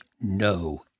no